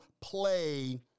play